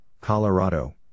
Colorado